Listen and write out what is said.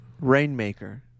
Rainmaker